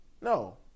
No